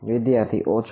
વિદ્યાર્થી ઓછા